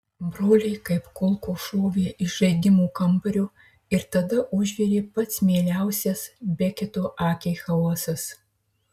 broliai kaip kulkos šovė iš žaidimų kambario ir tada užvirė pats mieliausias beketo akiai chaosas